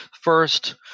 first